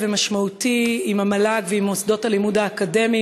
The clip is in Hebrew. ומשמעותי עם המל"ג ועם מוסדות הלימוד האקדמיים,